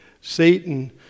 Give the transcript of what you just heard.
Satan